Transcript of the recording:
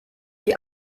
die